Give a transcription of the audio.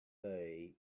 day